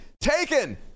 taken